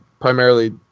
primarily